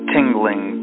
Tingling